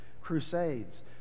Crusades